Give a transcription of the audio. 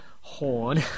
horn